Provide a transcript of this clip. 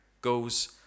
goes